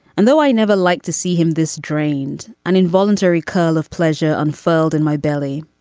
and though i never liked to see him, this drained an involuntary curl of pleasure unfurled in my belly.